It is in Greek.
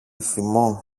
θυμό